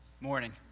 Morning